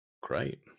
Great